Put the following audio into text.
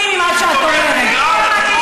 לפגוע באזרחים.